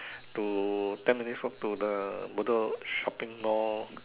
to ten minutes walk to the Bedok shopping Mall